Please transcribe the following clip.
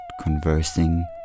conversing